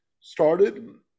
started